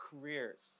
careers